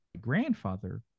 grandfather